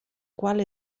qual